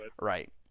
Right